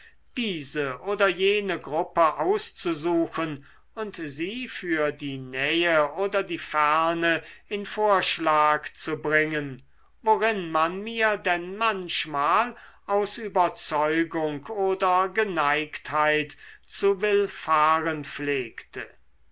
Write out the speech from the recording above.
diese oder jene gruppe auszusuchen und sie für die nähe oder die ferne in vorschlag zu bringen worin man mir denn manchmal aus überzeugung oder geneigtheit zu